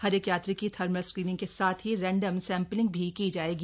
हर एक यात्री की थर्मल स्क्रीनिंग के साथ ही रैंडम सैंपलिंग भी की जाएगी